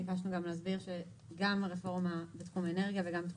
ביקשנו להסביר שגם הרפורמה בתחום האנרגיה וגם בתחום